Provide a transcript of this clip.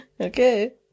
okay